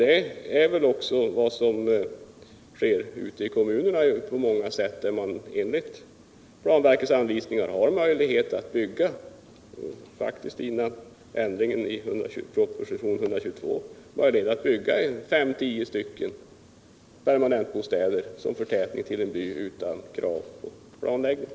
Det är väl också vad som sker ute i kommunerna på många sätt, där man enligt planverkets anvisningar har möjlighet att före ändringen i propositionen bygga fem till tio permanentbostäder som förtätning till en by utan krav på planläggning.